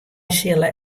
sille